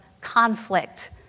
conflict